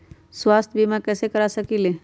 स्वाथ्य बीमा कैसे करा सकीले है?